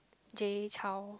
Jay-Chou